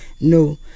no